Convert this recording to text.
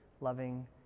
loving